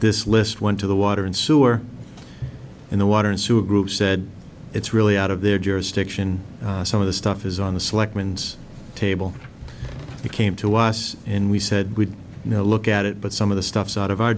this list went to the water and sewer in the water and sewer group said it's really out of their jurisdiction some of the stuff is on the selectmen and table it came to us and we said we'd look at it but some of the stuff's out of our